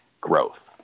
growth